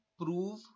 prove